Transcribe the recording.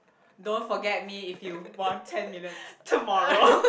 don't forget me if you won ten million tomorrow